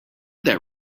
that